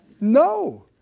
No